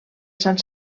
sant